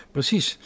Precies